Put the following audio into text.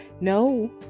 No